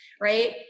right